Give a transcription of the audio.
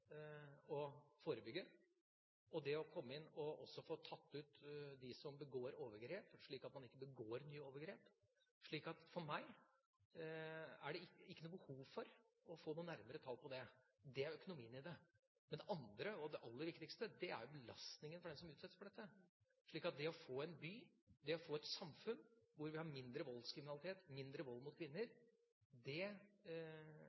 å forebygge, det å få tatt ut dem som begår overgrep, slik at de ikke begår nye overgrep. For meg er det ikke noe behov for å få noen nærmere tall på det. Det er økonomien i det. Men det andre, og det aller viktigste, er belastningen for dem som utsettes for dette. Det å få en by, det å få et samfunn, hvor vi har mindre voldskriminalitet, mindre vold mot kvinner,